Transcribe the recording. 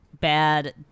Bad